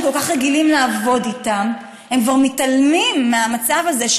כל כך רגילים לעבוד איתן הם כבר מתעלמים מהמצב הזה,